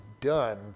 done